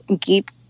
keep